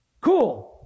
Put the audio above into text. Cool